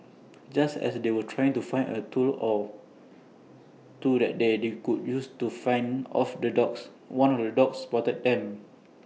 just as they were trying to find A tool or two that they could use to fend off the dogs one of the dogs spotted them